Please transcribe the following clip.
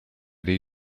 dei